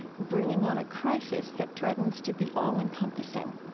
bringing on a crisis that threatens to be all-encompassing?